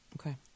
Okay